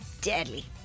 deadly